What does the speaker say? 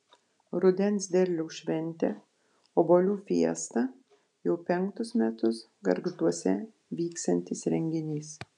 rudens derliaus šventė obuolių fiesta jau penktus metus gargžduose vyksiantis renginys